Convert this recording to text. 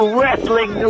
Wrestling